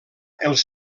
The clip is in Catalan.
els